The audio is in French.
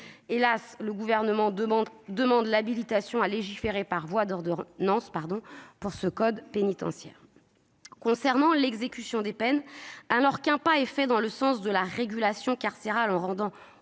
le Gouvernement demande l'habilitation à légiférer par voie d'ordonnances. Concernant l'exécution des peines, alors qu'un pas est fait dans le sens de la régulation carcérale en rendant